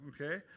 Okay